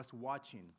watching